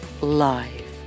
live